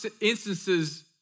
instances